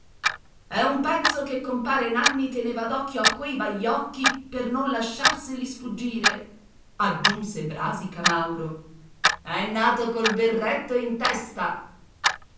è un pezzo che compare nanni teneva d'occhio a quei baiocchi per non lasciarseli sfuggire aggiunse brasi camauro è nato col berretto in testa